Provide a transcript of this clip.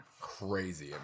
crazy